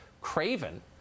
craven